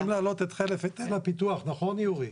הם הולכים לעלות את חלף היטל הפיתוח, נכון יורי?